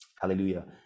Hallelujah